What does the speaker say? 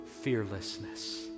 fearlessness